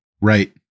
Right